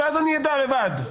ואז אני אדע לבד.